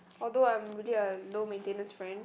although I'm really a low maintenance friend